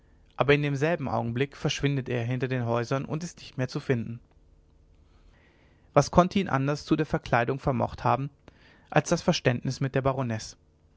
aber in demselben augenblick verschwindet er hinter den häusern und ist nicht mehr zu finden was konnte ihn anders zu der verkleidung vermocht haben als das verständnis mit der